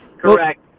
correct